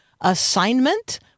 assignment